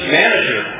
manager